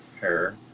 hair